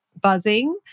buzzing